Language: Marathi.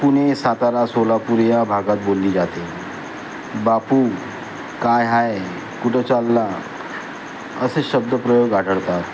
पुणे सातारा सोलापूर या भागात बोलली जाते बापू काय आहे कुठं चालला असे शब्दप्रयोग आढळतात